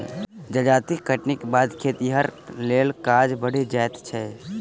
जजाति कटनीक बाद खतिहरक लेल काज बढ़ि जाइत छै